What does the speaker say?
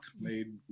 made